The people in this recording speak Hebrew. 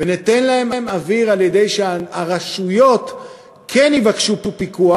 וניתן להם אוויר על-ידי זה שהרשויות כן יבקשו פיקוח,